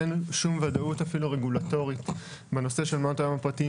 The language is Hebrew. אין אפילו כל ודאות רגולטורית בנושא של מעונות היום הפרטיים,